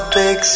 big